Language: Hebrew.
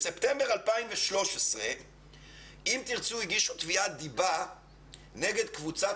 בספטמבר 2013 "אם תרצו" הגישו תביעת דיבה נגד קבוצת